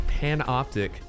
panoptic